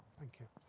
thank you.